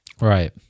Right